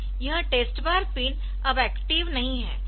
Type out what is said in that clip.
यह टेस्ट बार पिन अब एक्टिव नहीं है